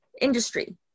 industry